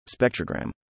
spectrogram